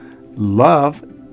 Love